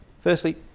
Firstly